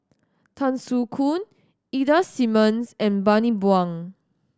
Tan Soo Khoon Ida Simmons and Bani Buang